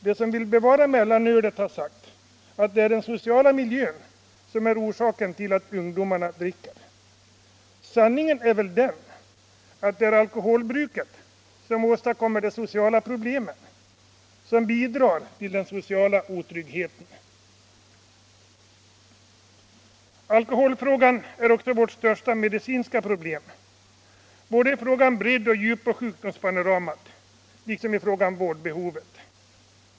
De som vill bevara mellanölet har sagt att det är den sociala miljön som är orsaken till att ungdomarna dricker. Sanningen är väl den att det är alkoholproblemet som åstadkommer de sociala problemen och bidrar till den sociala otryggheten. Alkoholfrågan är också vårt största medicinska problem, både i fråga om bredd och djup på sjukdomspanoramat liksom i fråga om vårdbehovet.